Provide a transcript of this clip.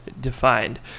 defined